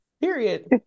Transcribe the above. period